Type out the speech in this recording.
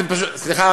סליחה,